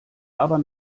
aber